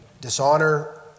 dishonor